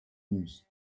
news